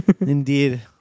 Indeed